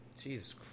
Jesus